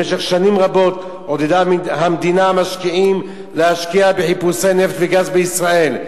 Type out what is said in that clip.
במשך שנים רבות עודדה המדינה משקיעים להשקיע בחיפושי נפט וגז בישראל.